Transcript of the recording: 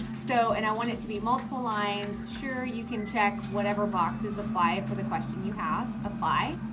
so and i want it to be multiple lines. sure, you can check whatever boxes apply for the question you have apply.